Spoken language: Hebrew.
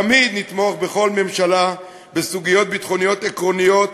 תמיד נתמוך בכל ממשלה בסוגיות ביטחוניות עקרוניות